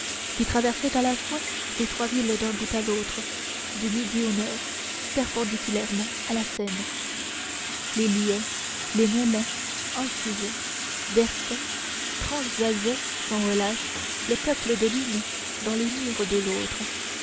qui traversaient à la fois les trois villes d'un bout à l'autre du midi au nord perpendiculairement à la seine les liaient les mêlaient infusaient versaient transvasaient sans relâche le peuple de l'une dans les murs de l'autre